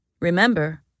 Remember